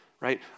right